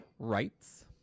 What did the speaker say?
rights